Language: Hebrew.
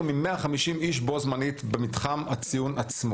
מ-150 אנשים בו-זמנית במתחם הציון עצמו.